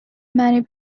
many